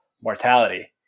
mortality